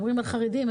על חרדים,